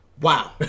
Wow